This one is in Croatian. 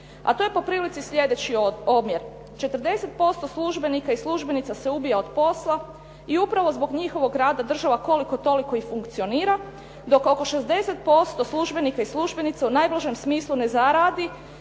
a to je po prilici sljedeći omjer. 40% službenika i službenica se ubija od posla i upravo zbog njihovog rada država koliko toliko i funkcionira, dok oko 60% službenika i službenica u najblažem smislu ne zaradi